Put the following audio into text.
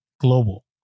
global